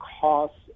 costs